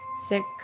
six